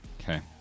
Okay